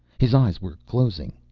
his eyes were closing,